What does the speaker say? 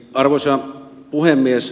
arvoisa puhemies